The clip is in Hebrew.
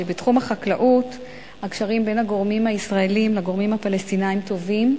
שבתחום החקלאות הקשרים בין הגורמים הישראליים לגורמים הפלסטיניים טובים,